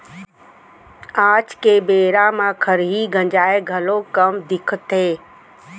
आज के बेरा म खरही गंजाय घलौ कम दिखथे